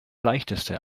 leichteste